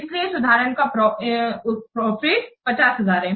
इसलिए इस उदाहरण का प्रॉफिट 50000 है